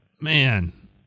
man